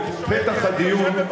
בפתח הדיון,